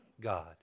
God